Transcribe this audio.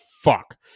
fuck